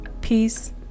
peace